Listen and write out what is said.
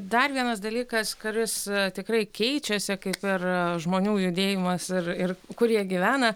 dar vienas dalykas kuris tikrai keičiasi kaip ir žmonių judėjimas ir ir kur jie gyvena